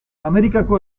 amerikako